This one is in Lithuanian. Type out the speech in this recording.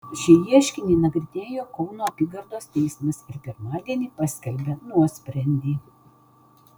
šį ieškinį nagrinėjo kauno apygardos teismas ir pirmadienį paskelbė nuosprendį